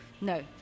no